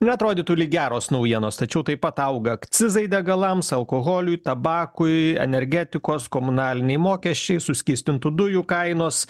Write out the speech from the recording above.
na atrodytų lyg geros naujienos tačiau taip pat auga akcizai degalams alkoholiui tabakui energetikos komunaliniai mokesčiai suskystintų dujų kainos